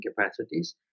capacities